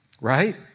right